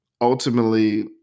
ultimately